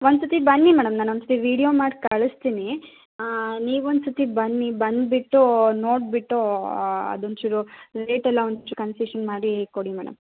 ಒಂದು ಸತಿ ಬನ್ನಿ ಮೇಡಮ್ ನಾನು ಒಂದು ಸತಿ ವಿಡಿಯೋ ಮಾಡಿ ಕಳಿಸ್ತೀನಿ ನೀವೊಂದು ಸತಿ ಬನ್ನಿ ಬಂದುಬಿಟ್ಟೂ ನೋಡಿಬಿಟ್ಟೂ ಅದು ಒಂಚೂರು ರೇಟ್ ಎಲ್ಲ ಒಂಚೂರು ಕನ್ಸಿಶನ್ ಮಾಡಿ ಕೊಡಿ ಮೇಡಮ್